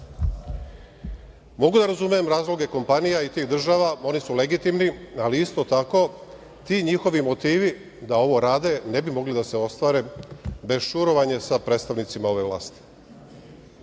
Mogu da razumem razloge kompanija i tih država, oni su legitimni, ali isto tako ti njihovi motivi da ovo rade, ne bi mogli da se ostvare da je šurovanje sa predstavnicima ove vlasti. Da